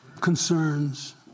concerns